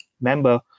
member